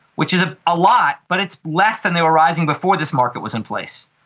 which is a ah lot, but it's less than they were rising before this market was in place,